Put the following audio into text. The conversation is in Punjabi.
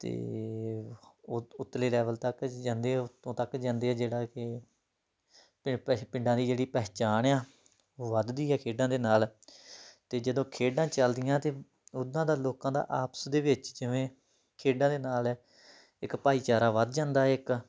ਅਤੇ ਉ ਉਤਲੇ ਲੈਵਲ ਤੱਕ 'ਚ ਜਾਂਦੇ ਆ ਉੱਤੋਂ ਤੱਕ ਜਾਂਦੇ ਆ ਜਿਹੜਾ ਕਿ ਪਿੰਡਾਂ ਦੀ ਜਿਹੜੀ ਪਹਿਚਾਣ ਆ ਉਹ ਵੱਧਦੀ ਆ ਖੇਡਾਂ ਦੇ ਨਾਲ ਅਤੇ ਜਦੋਂ ਖੇਡਾਂ ਚੱਲਦੀਆਂ ਤਾਂ ਉੱਦਾਂ ਦਾ ਲੋਕਾਂ ਦਾ ਆਪਸ ਦੇ ਵਿੱਚ ਜਿਵੇਂ ਖੇਡਾਂ ਦੇ ਨਾਲ ਇੱਕ ਭਾਈਚਾਰਾ ਵੱਧ ਜਾਂਦਾ ਹੈ ਇੱਕ